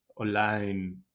online